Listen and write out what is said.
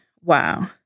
Wow